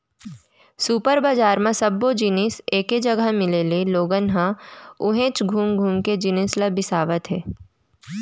super बजार म सब्बो जिनिस एके जघा मिले ले लोगन ह उहेंच घुम घुम के जिनिस ल बिसावत हे